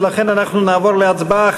ולכן אנחנו נעבור להצבעה.